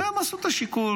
הם עשו את השיקול.